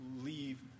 leave